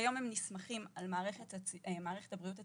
כיום הם נסמכים על מערכת הבריאות הציבורית,